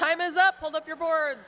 time is up hold up your word